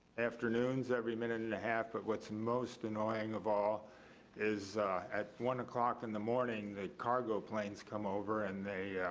afternoons, every minute and a half, but what's most annoying of all is at one o'clock in the morning, the cargo planes come over, and they,